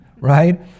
right